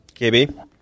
KB